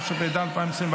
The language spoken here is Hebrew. התשפ"ד 2024,